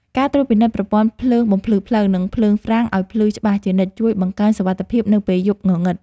ការត្រួតពិនិត្យប្រព័ន្ធភ្លើងបំភ្លឺផ្លូវ និងភ្លើងហ្វ្រាំងឱ្យភ្លឺច្បាស់ជានិច្ចជួយបង្កើនសុវត្ថិភាពនៅពេលយប់ងងឹត។